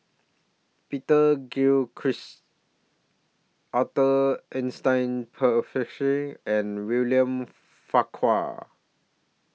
Peter Gilchrist Arthur Ernest and William Farquhar